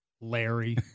Larry